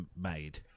made